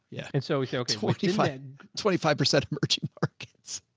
yeah. and so so twenty five twenty five percent of merchant markets,